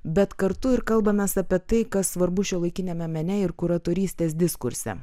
bet kartu ir kalbamės apie tai kas svarbu šiuolaikiniame mene ir kuratorystės diskurse